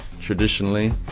traditionally